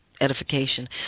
edification